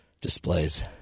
displays